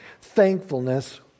thankfulness